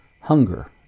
Hunger